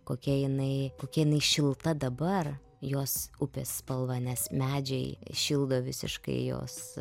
kokia jinai kokia jinai šilta dabar jos upės spalva nes medžiai šildo visiškai jos